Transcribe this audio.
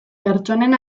pertsonen